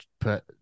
put